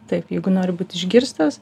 taip jeigu nori būt išgirstas